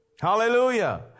Hallelujah